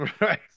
Right